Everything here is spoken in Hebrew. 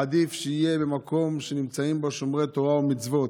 עדיף שיהיה במקום שנמצאים בו שומרי תורה ומצוות,